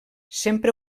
sempre